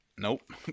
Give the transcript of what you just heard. Nope